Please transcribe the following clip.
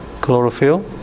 chlorophyll